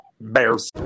Bears